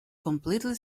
completely